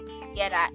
together